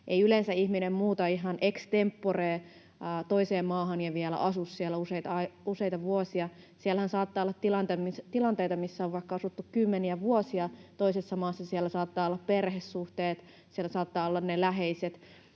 Ei yleensä ihminen muuta ihan ex tempore toiseen maahan ja vielä asu siellä useita vuosia. Siellähän saattaa olla tilanteita, missä on vaikka asuttu kymmeniä vuosia toisessa maassa. Siellä saattavat olla perhesuhteet, siellä saattavat olla ne läheiset.